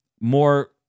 more